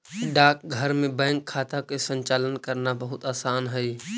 डाकघर में बैंक खाता के संचालन करना बहुत आसान हइ